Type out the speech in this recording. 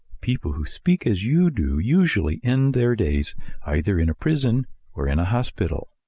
people who speak as you do usually end their days either in a prison or in a hospital.